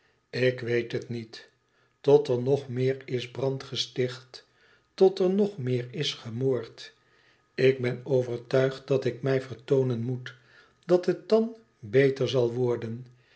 ik weet het niet tot er nog meer is brand gesticht tot er nog meer is gemoord ik ben overtuigd dat ik mij vertoonen moet dat het dan beter zal worden